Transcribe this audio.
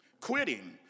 Quitting